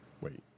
Wait